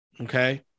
Okay